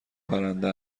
پرنده